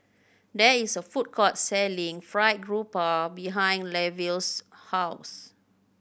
there is a food court selling Fried Garoupa behind Lavelle's house